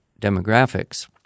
demographics